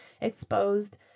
exposed